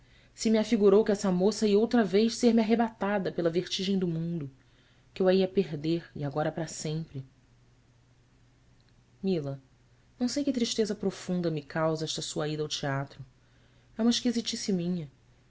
se me afigurou que essa moça ia outra vez ser-me arrebatada pela vertigem do mundo que eu a ia perder e agora para sempre ila não sei que tristeza profunda me causa esta sua ida ao teatro é uma esquisitice minha